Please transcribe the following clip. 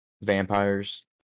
vampires